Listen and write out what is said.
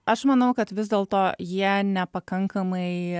aš manau kad vis dėlto jie nepakankamai